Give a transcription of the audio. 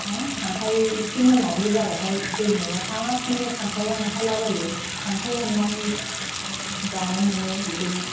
दा खांख्राइ एसे मोनाबिलि जाबाथाय दैमायाव हारसिंनो खांख्राइआ ओंखारलाबायो खांख्राइ हमनानै जानो मोनो बिदिनो